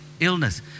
illness